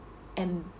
embarrassed